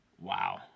Wow